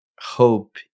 hope